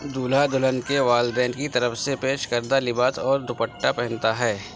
دولہا دلہن کے والدین کی طرف سے پیش کردہ لباس اور دوپٹہ پہنتا ہے